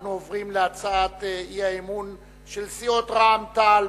אנחנו עוברים להצעת האי-אמון של סיעות רע"ם-תע"ל,